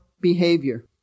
behavior